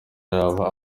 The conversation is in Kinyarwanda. yaba